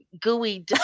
gooey